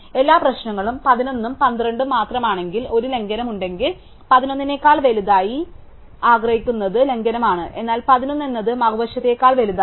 എല്ലാ പ്രശ്നങ്ങളും 11 ഉം 12 ഉം മാത്രമാണെങ്കിൽ ഒരു ലംഘനം ഉണ്ടെങ്കിൽ 11 നെക്കാൾ വലുതായി ആഗ്രഹിക്കുന്നത് ലംഘനമാണ് എന്നാൽ 11 എന്നത് മറുവശത്തേക്കാൾ വലുതാണ്